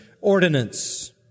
ordinance